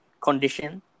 condition